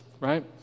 right